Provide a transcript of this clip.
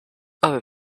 other